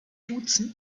duzen